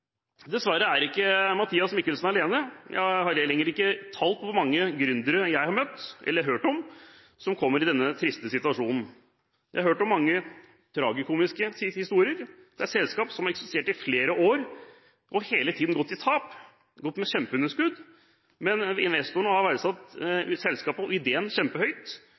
Dessverre er ikke Mathias Mikkelsen alene. Jeg har ikke lenger tall på hvor mange gründere jeg har møtt eller hørt om, som kommer i denne triste situasjonen. Jeg har hørt mange tragikomiske historier om selskap som har eksistert i flere år, og som hele tiden har gått med tap og med kjempeunderskudd. Men investorene har verdsatt selskapet og ideen